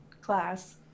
class